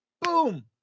Boom